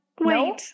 Wait